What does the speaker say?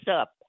up